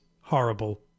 horrible